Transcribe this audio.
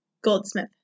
Goldsmith